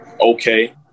okay